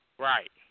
Right